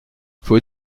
faut